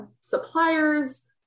suppliers